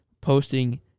Posting